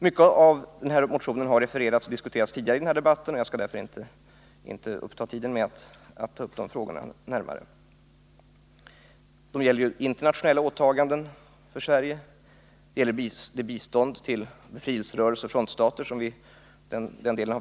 Mycket av motionen har diskuterats tidigare i denna debatt, och jag skall därför inte ta upp tiden med att ytterligare beröra de frågorna, t.ex. frågan om internationella åtaganden för Sverige. Biståndet till befrielserörelser och frontstater behandlade vi i april.